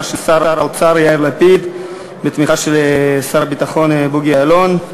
שר האוצר יאיר לפיד ושר הביטחון בוגי יעלון,